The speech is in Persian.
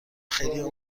خیلیها